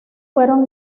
fueron